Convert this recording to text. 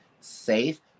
safe